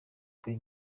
uyu